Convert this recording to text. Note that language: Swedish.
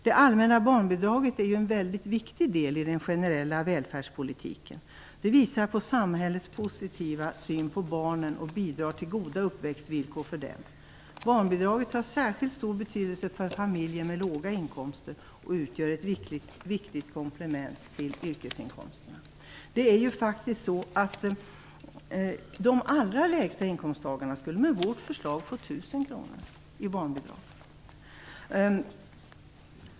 Det allmänna barnbidraget är en mycket viktig del i den generella välfärdspolitiken. Det visar på samhällets positiva syn på barnen och bidrar till goda uppväxtvillkor för dem. Barnbidraget har särskilt stor betydelse för familjer med låga inkomster och utgör ett viktigt komplement till yrkesinkomsterna. De personer som har de allra lägsta inkomsterna skulle med vårt förslag få 1 000 kr i barnbidrag.